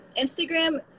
instagram